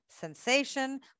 sensation